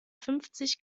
fünfzig